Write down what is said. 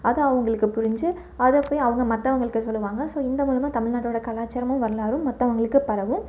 அது அவங்களுக்கு புரிஞ்சு அதை போய் அவங்க மற்றவங்களுக்கு சொல்லுவாங்க ஸோ இந்த மூலமாக தமிழ்நாட்டோட கலாச்சாரமும் வரலாறும் மற்றவுங்களுக்கு பரவும்